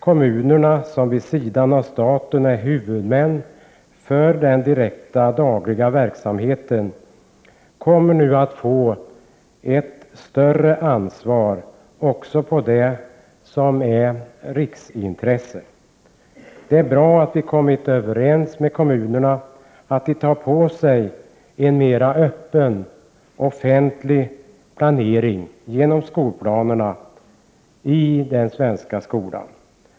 Kommunerna, som vid sidan av staten är huvudmän för den direkta, dagliga verksamheten, kommer nu att få ett större ansvar också för det som har riksintresse. Det är bra att vi kommit överens med kommunerna om att de tar på sig en mera öppen offentlig planering i den svenska skolan.